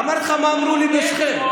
אמרתי מה אמרו לי בשכם.